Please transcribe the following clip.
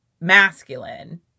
masculine